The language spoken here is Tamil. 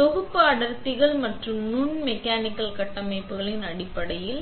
தொகுப்பு அடர்த்திகள் மற்றும் நுண் மெக்கானிக்கல் கட்டமைப்புகளின் அடிப்படையில்